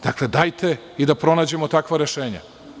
Dakle, dajte da pronađemo takva rešenja.